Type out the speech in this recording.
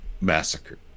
massacre